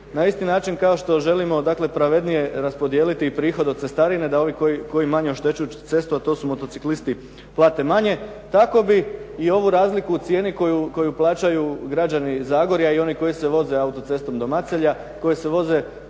Na isti način kao što želimo dakle pravednije raspodijeliti i prihode od cestarine, da oni koji manje oštećuju cestu, a to su motociklisti, plate manje, tako bi i ovu razliku u cijeni koju plaćaju građani Zagorja i oni koji se voze autocestom do Macelja, koji se voze